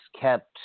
kept